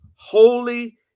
holy